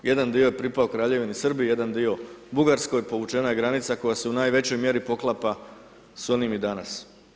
Jedan dio je pripao Kraljevini Srbiji, jedan dio Bugarskoj, povućena je granica koja se u najvećoj mjeri poklapa sa onim i danas.